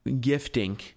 gifting